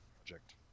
project